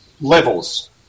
levels